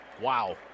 Wow